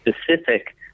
specific